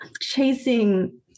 chasing